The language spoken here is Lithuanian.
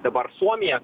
dabar suomija